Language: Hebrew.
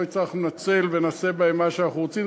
הצלחנו לנצל ונעשה בהם מה שאנחנו רוצים.